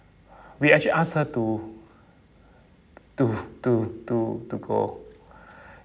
we actually ask her to to to to to go